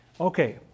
Okay